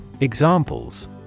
Examples